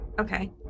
Okay